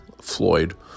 Floyd